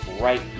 right